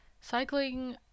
cycling